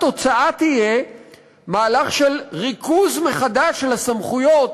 ואז התוצאה תהיה מהלך של ריכוז מחדש של הסמכויות